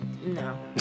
No